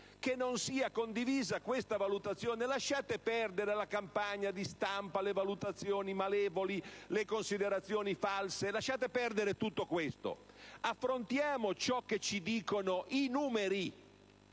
che non sia condivisa. Lasciate perdere la campagna di stampa, le valutazioni malevole, le considerazioni false. Lasciate perdere tutto questo. Affrontiamo ciò che ci dicono i numeri.